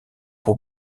pour